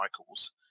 Michaels